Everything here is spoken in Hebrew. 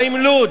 מה עם לוד?